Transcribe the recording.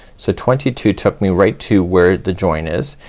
so twenty two took me right to where the join is.